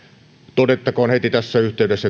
todettakoon heti tässä yhteydessä